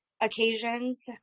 occasions